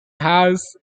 house